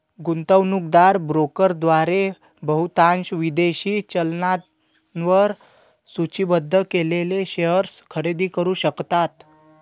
गुंतवणूकदार ब्रोकरद्वारे बहुतांश विदेशी चलनांवर सूचीबद्ध केलेले शेअर्स खरेदी करू शकतात